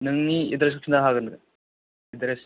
नोंनि एदद्रेस खिनथानो हागोन नों एदद्रेस